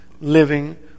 living